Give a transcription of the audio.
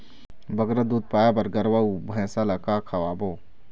बगरा दूध पाए बर गरवा अऊ भैंसा ला का खवाबो?